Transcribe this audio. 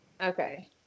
Okay